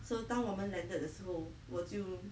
so 当我们 landed 的时候我就